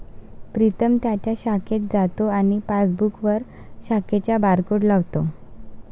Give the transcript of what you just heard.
प्रीतम त्याच्या शाखेत जातो आणि पासबुकवर शाखेचा बारकोड लावतो